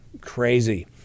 Crazy